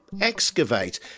excavate